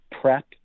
Prep